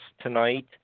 tonight